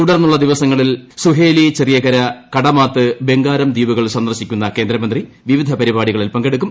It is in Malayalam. തുടർന്നുളള ദിവസങ്ങളിൽ സുഹേലി ചെറിയകര കടമാത്ത് ബംഗാരം ദ്വീപുകൾ സന്ദർശിക്കുന്ന കേന്ദ്രമന്ത്രി വിവിധ പരിപാടികളിൽ പങ്കെടുക്കും